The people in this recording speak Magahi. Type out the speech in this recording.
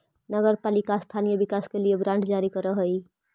नगर पालिका स्थानीय विकास के लिए बांड जारी करऽ हई